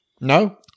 No